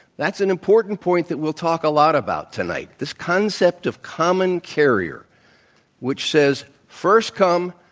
that's an important point that we'll talk a lot about tonight, this concept of common carrier which says, first come,